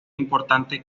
importante